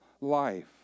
life